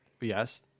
Yes